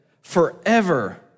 forever